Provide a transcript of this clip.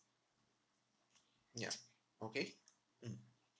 ya okay mm